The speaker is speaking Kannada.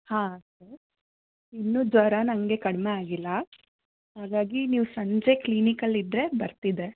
ಹಾಂ ಸರ್ ಇನ್ನೂ ಜ್ವರ ನನಗೆ ಕಡಿಮೆ ಆಗಿಲ್ಲ ಹಾಗಾಗಿ ನೀವು ಸಂಜೆ ಕ್ಲಿನಿಕಲ್ಲಿ ಇದ್ದರೆ ಬರ್ತಿದ್ದೆ